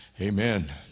amen